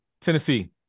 Tennessee